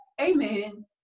amen